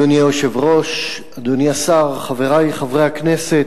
אדוני היושב-ראש, אדוני השר, חברי חברי הכנסת,